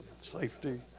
safety